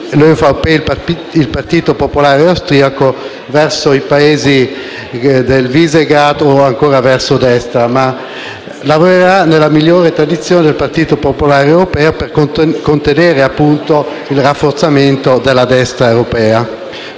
(ÖVP), il Partito popolare austriaco, verso i Paesi di Visegrad o, ancora, verso destra, ma lavorerà nella migliore tradizione del Partito popolare europeo, per contenere il rafforzamento della destra europea.